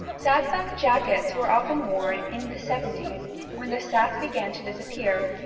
sack-back jackets were often worn in the seventies when the sack began to disappear,